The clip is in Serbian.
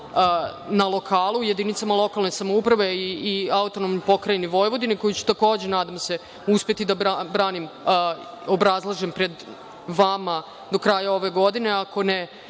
na lokalu, jedinicama lokalne samouprave i AP Vojvodine, koji ću takođe, nadam se, uspeti da branim, obrazlažem, pred vama, do kraja ove godine, ako ne,